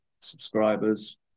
subscribers